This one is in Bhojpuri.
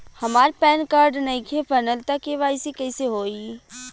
हमार पैन कार्ड नईखे बनल त के.वाइ.सी कइसे होई?